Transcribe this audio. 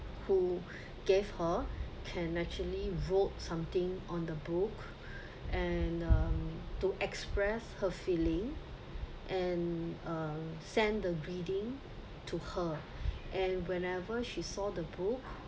who gave her can naturally wrote something on the book and um to express her feeling and uh send the greeting to her and whenever she saw the book